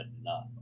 enough